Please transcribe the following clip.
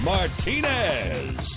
Martinez